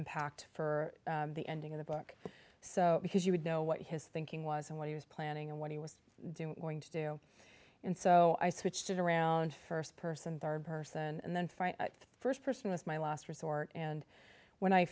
impact for the ending of the book so because you would know what his thinking was and what he was planning and what he was going to do and so i switched it around first person third person and then find the first person was my last resort and when i